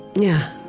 yeah oh,